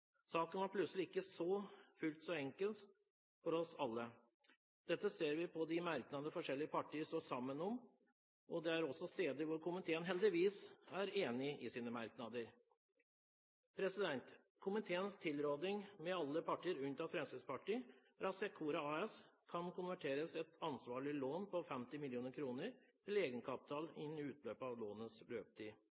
Saken var plutselig ikke fullt så enkel for oss alle. Dette ser vi av de merknadene forskjellige partier står sammen om. Det er også steder hvor komiteen i sine merknader heldigvis er enig. Komiteens tilråding er, med alle partier unntatt Fremskrittspartiet, at Secora AS kan konverteres et ansvarlig lån på 50 mill. kr til egenkapital